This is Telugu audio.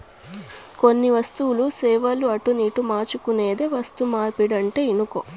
కొన్ని వస్తువులు, సేవలు అటునిటు మార్చుకునేదే వస్తుమార్పిడంటే ఇనుకో